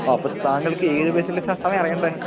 അപ്പോള് താങ്കൾക്ക് ഏത് ബസിലെ സമയമാണ് അറിയേണ്ടത്